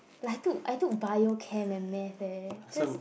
like I took I took bio chem and math eh that's